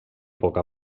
poc